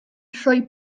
rhoi